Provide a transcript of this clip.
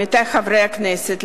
עמיתי חברי הכנסת,